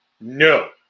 no